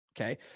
Okay